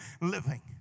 living